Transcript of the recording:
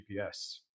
GPS